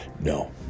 No